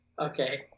Okay